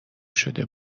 شده